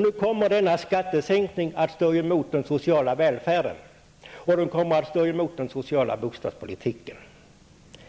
Nu kommer denna skattesänkning att stå emot den sociala välfärden, och den kommer att stå emot den sociala bostadspolitiken.